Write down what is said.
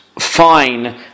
Fine